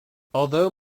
although